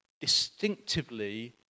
distinctively